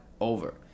over